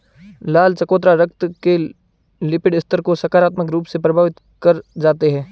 लाल चकोतरा रक्त के लिपिड स्तर को सकारात्मक रूप से प्रभावित कर जाते हैं